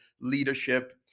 leadership